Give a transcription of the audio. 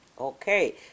Okay